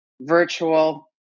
virtual